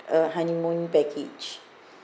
a honeymoon package